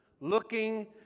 Looking